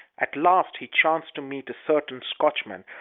at last he chanced to meet a certain scotchman,